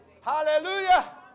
Hallelujah